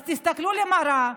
אז תסתכלו במראה,